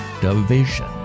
division